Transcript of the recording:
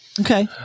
Okay